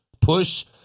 push